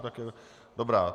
Tak dobrá.